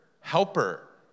helper